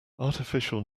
artificial